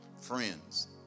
Friends